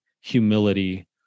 humility